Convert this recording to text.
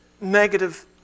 negative